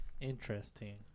Interesting